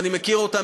ואני מכיר אותם,